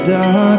Dark